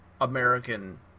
American